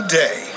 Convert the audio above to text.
day